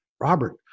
Robert